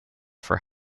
for